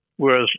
whereas